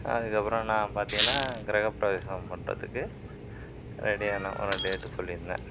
அதுக்கப்புறம் நான் பார்த்தீங்கன்னா கிரகப்பிரவேசம் பண்றதுக்கு ரெடி ஆனோம் ஒரு டேட் சொல்லியிருந்தேன்